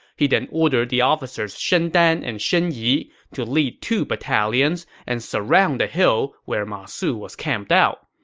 he then ordered the officers shen dan and shen yi to lead two battalions and surround the hill where ma su was camped out.